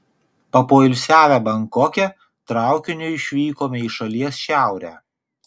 papoilsiavę bankoke traukiniu išvykome į šalies šiaurę